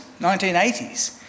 1980s